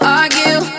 argue